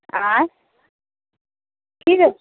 आंँय